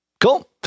Cool